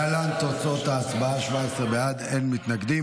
להלן תוצאות ההצבעה: 17 בעד, אין מתנגדים.